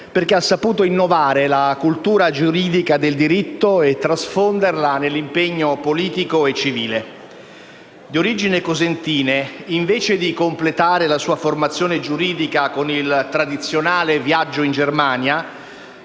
perché ha saputo innovare la cultura giuridica del diritto e trasfonderla nell'impegno politico e civile. Di origini cosentine, invece di completare la sua formazione giuridica con il tradizionale viaggio in Germania,